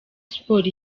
sports